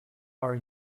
are